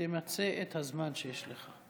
תמצה את הזמן שיש לך.